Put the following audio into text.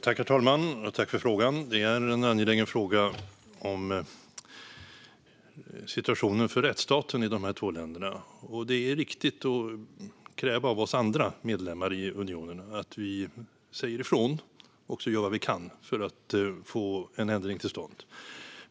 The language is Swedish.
Herr talman! Jag tackar för frågan. Det är en angelägen fråga om situationen för rättsstaten i dessa två länder. Det är riktigt att kräva av oss andra medlemmar i unionen att vi säger ifrån och att vi gör vad vi kan för att få en ändring till stånd.